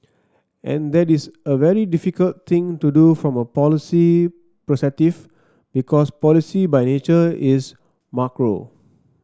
and that is a very difficult thing to do from a policy perspective because policy by nature is macro